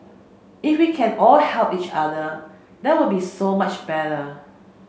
if we can all help each other that would be so much better